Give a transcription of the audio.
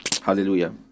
Hallelujah